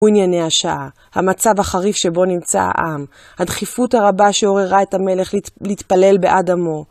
הוא ענייני השעה, המצב החריף שבו נמצא העם, הדחיפות הרבה שעוררה את המלך להתפלל בעד עמו.